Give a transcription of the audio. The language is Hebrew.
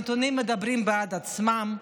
הנתונים מדברים בעד עצמם.